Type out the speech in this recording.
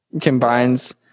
Combines